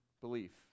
belief